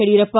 Yediyurappa